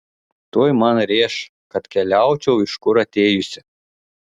tuoj man rėš kad keliaučiau iš kur atėjusi